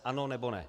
Ano, nebo ne?